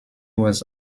was